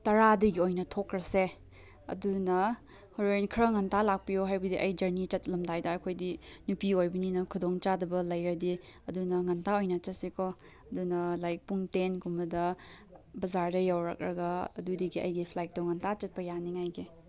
ꯇꯔꯥꯗꯒꯤ ꯑꯣꯏꯅ ꯊꯣꯛꯈ꯭ꯔꯁꯦ ꯑꯗꯨꯅ ꯍꯣꯔꯦꯟ ꯈꯔ ꯉꯟꯇꯥꯅ ꯂꯥꯛꯄꯤꯌꯣ ꯍꯥꯏꯕꯗꯤ ꯑꯩ ꯖꯔꯅꯤ ꯆꯠꯂꯝꯗꯥꯏꯗ ꯑꯩꯈꯣꯏꯗꯤ ꯅꯨꯄꯤ ꯑꯣꯏꯕꯤꯅꯤꯅ ꯈꯨꯗꯣꯡ ꯆꯥꯗꯕ ꯂꯩꯔꯗꯤ ꯑꯗꯨꯅ ꯉꯟꯇꯥ ꯑꯣꯏꯅ ꯆꯠꯁꯤ ꯀꯣ ꯑꯗꯨꯅ ꯂꯥꯏꯛ ꯄꯨꯡ ꯇꯦꯟꯒꯨꯝꯕꯗ ꯕꯖꯥꯔꯗ ꯌꯧꯔꯛꯂꯒ ꯑꯗꯨꯗꯒꯤ ꯑꯩꯒꯤ ꯐ꯭ꯂꯥꯏꯠꯇꯣ ꯉꯟꯇꯥ ꯆꯠꯄ ꯌꯥꯅꯤꯡꯉꯥꯏꯒꯤ